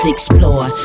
Explore